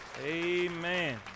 amen